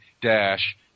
dash